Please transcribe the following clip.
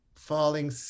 Falling